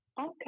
Okay